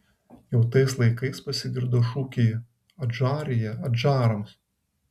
jau tais laikais pasigirdo šūkiai adžarija adžarams